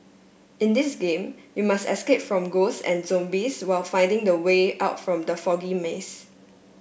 in this game you must escape from ghosts and zombies while finding the way out from the foggy maze